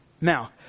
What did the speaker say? Now